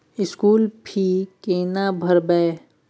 School fee केना भरबै?